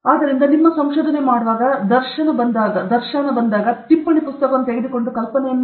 ಆದ್ದರಿಂದ ನಿಮ್ಮ ಸಂಶೋಧನೆ ಮಾಡುವಾಗ ಧರ್ಸಾನ ಬಂದಾಗ ಟಿಪ್ಪಣಿ ಪುಸ್ತಕವನ್ನು ತೆಗೆದುಕೊಂಡು ಈ ಕಲ್ಪನೆಯನ್ನು ಬರೆಯಿರಿ